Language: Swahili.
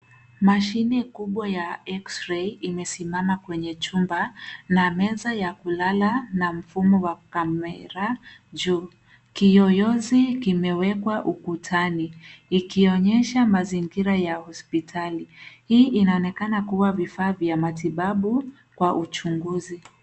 Mashine kubwa ya x-ray imesimama kwenye chumba na meza ya kulala na mfumo wa kamera juu. Kiyoyozi kimewekwa ukutani ikionyesha mazingira ya hospitali. Hii inaonekana kuwa vifaa vya matibabu kwa uchunguzi.